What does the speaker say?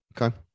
Okay